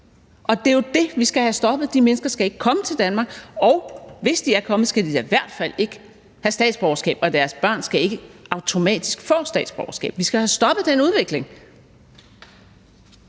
Det er jo det, vi skal have stoppet. De mennesker skal ikke komme til Danmark, og hvis de er kommet, skal de da i hvert fald ikke have statsborgerskab, og deres børn skal ikke automatisk få statsborgerskab. Vi skal have stoppet den udvikling.